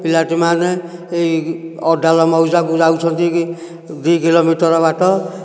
ପିଲାଟି ମାନେ ଏଇ ଅଡ଼ାଲ ମଉଜାକୁ ଯାଉଛନ୍ତି ଦୁଇ କିଲୋମିଟର ବାଟ